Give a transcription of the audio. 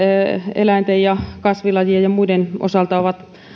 eläinten ja kasvilajien ja muiden osalta ovat